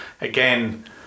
again